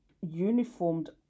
uniformed